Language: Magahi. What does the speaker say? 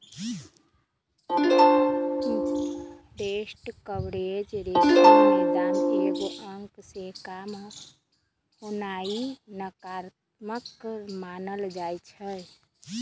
इंटरेस्ट कवरेज रेशियो के दाम एगो अंक से काम होनाइ नकारात्मक मानल जाइ छइ